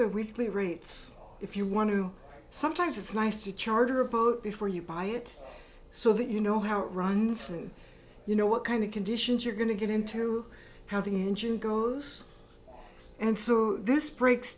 weekly rates if you want to sometimes it's nice to charter a boat before you buy it so that you know how it runs and you know what kind of conditions you're going to get into how the engine goes and so this breaks